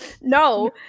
no